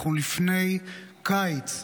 אנחנו לפני קיץ,